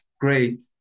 great